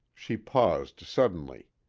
she paused suddenly.